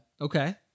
Okay